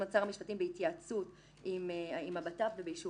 יהיה שר המשפטים בהתייעצות עם השר לביטחון פנים ובאישור